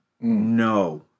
no